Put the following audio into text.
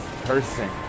person